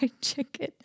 chicken